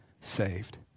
saved